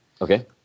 Okay